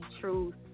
Truth